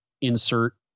insert